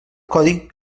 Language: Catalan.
codi